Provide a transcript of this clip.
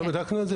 לא בדקנו את זה,